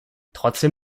trotzdem